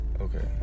Okay